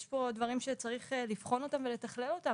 יש פה דברים שצריך לבחון אותם ולתכלל אותם.